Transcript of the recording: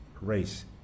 race